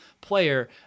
player